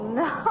no